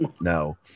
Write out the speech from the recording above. no